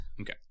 Okay